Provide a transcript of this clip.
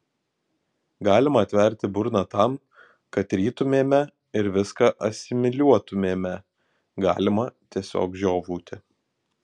galima atverti burną tam kad rytumėme ir viską asimiliuotumėme galima tiesiog žiovauti